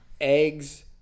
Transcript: eggs